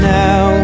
now